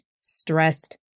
stressed